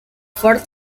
ford